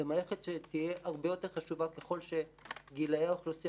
זו מערכת שתהיה הרבה יותר חשובה ככל שגילי האוכלוסייה